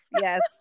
yes